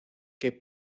que